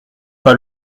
pas